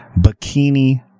bikini